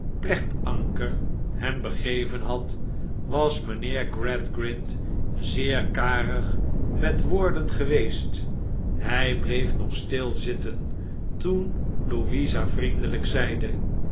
plechtanker hem begeven had was slechte tijden mijnheer gradgrind zeer karig met woorden geweest hij bleef nog stil zitten toen louisa vriendelijk zeide